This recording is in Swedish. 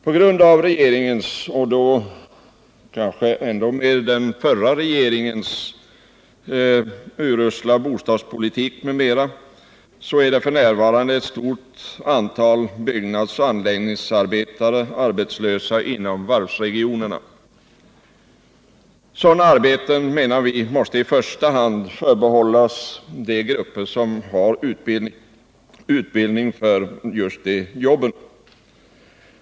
På grund av den förra regeringens urusla bostadspolitik m.m. är nu ett stort antal byggnadsoch anläggningsarbetare inom varvsregionerna arbetslösa. De arbeten som avses i det här sammanhanget måste enligt vår mening i första hand förbehållas de grupper som har utbildning för just dessa jobb.